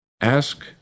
Ask